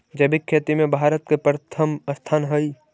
जैविक खेती में भारत के प्रथम स्थान हई